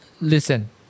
listen